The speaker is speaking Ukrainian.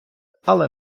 але